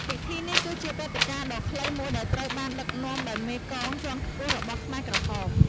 ពិធីនេះគឺជាព្រឹត្តិការណ៍ដ៏ខ្លីមួយដែលត្រូវបានដឹកនាំដោយមេកងជាន់ខ្ពស់របស់ខ្មែរក្រហម។